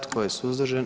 Tko je suzdržan?